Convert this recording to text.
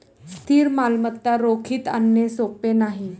स्थिर मालमत्ता रोखीत आणणे सोपे नाही